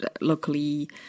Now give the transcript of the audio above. locally